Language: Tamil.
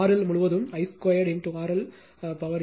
எல் முழுவதும் I 2 RL பவர் இருக்கும்